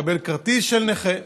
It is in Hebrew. לקבל כרטיס של נכה,